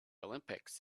olympics